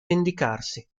vendicarsi